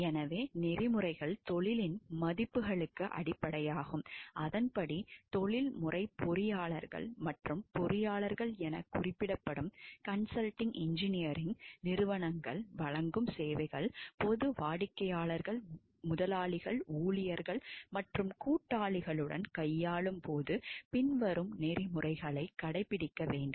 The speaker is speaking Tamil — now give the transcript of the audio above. எனவே நெறிமுறைகள் தொழிலின் மதிப்புகளுக்கு அடிப்படையாகும் அதன்படி தொழில்முறை பொறியாளர்கள் மற்றும் பொறியாளர்கள் என குறிப்பிடப்படும் கன்சல்டிங் இன்ஜினியரிங் நிறுவனங்கள் வழங்கும் சேவைகள் பொது வாடிக்கையாளர்கள் முதலாளிகள் ஊழியர்கள் மற்றும் கூட்டாளிகளுடன் கையாளும் போது பின்வரும் நெறிமுறைகளை கடைபிடிக்க வேண்டும்